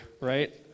right